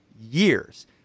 years